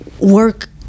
work